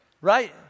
Right